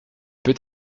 peut